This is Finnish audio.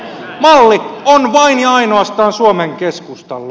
malli on vain ja ainoastaan suomen keskustalla